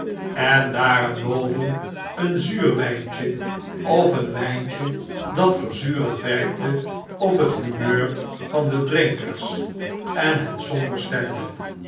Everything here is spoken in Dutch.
en daarenboven een zuur wn'ntje of een wjjntje dat vsrzurend werkte op het humeur van de drinkers en hen somber stemde